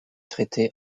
traité